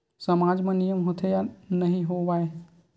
सामाज मा नियम होथे या नहीं हो वाए?